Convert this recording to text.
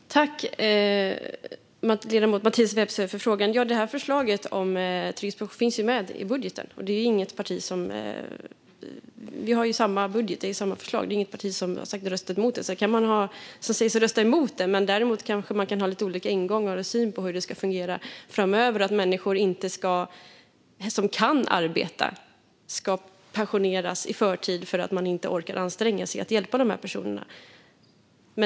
Fru talman! Jag tackar ledamoten Mattias Vepsä för frågan. Förslaget om trygghetspension finns ju med i budgeten. Vi har ju samma budget. Det är ju samma förslag; det är inget parti som har sagt att man ska rösta emot det. Däremot kanske det går att ha lite olika ingångar och syn på hur det ska fungera framöver och på att människor som kan arbeta inte ska pensio-neras i förtid därför att man inte orkar anstränga sig och hjälpa dessa personer.